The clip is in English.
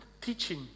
teaching